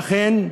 אכן,